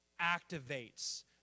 activates